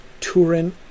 Turin